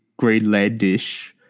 greenlandish